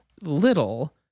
little